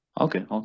Okay